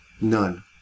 none